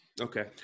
Okay